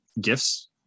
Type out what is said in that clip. gifts